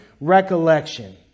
recollection